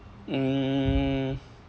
mm